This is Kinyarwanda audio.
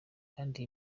kandi